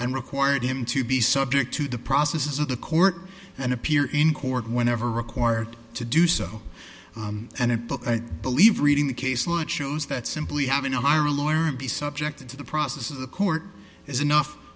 and required him to be subject to the processes of the court and appear in court whenever required to do so and it but i believe reading the case led shows that simply having to hire a lawyer and be subjected to the process of the court is enough